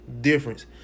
Difference